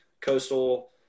Coastal